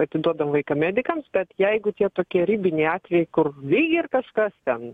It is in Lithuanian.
atiduodam vaiką medikams bet jeigu tie tokie ribiniai atvejai kur lyg ir kažkas ten